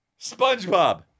SpongeBob